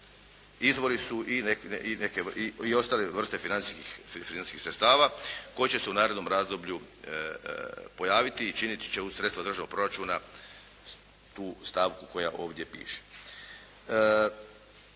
izvori su i ostale vrste financijskih sredstava koje će se u narednom razdoblju pojaviti i činiti će sredstva državnog proračuna tu stavku koja ovdje piše.